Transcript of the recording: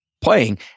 playing